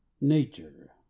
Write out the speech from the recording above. Nature